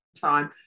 time